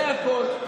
זה הכול.